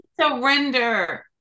surrender